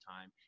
time